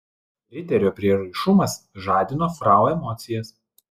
riterio prieraišumas žadino frau emocijas